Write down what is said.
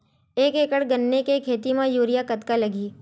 एक एकड़ गन्ने के खेती म यूरिया कतका लगही?